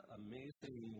amazing